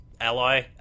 ally